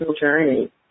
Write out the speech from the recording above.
journey